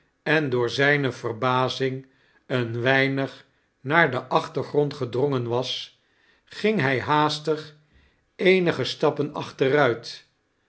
en door zijoe verbazing een weinig naar den a ffltrgrond gedrongen was ging hij haastig eenige stappen achteruit